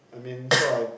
I mean so I